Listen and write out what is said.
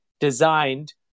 designed